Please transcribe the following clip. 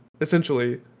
essentially